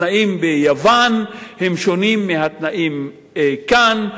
התנאים ביוון הם שונים מהתנאים כאן,